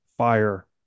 fire